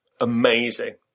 amazing